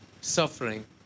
suffering